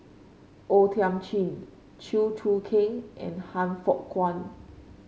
O Thiam Chin Chew Choo Keng and Han Fook Kwang